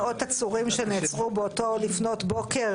שנעצרו לפנות בוקר